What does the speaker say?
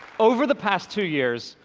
over the past two years,